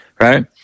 right